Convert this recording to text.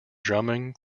drumming